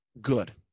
good